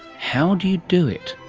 how do you do it?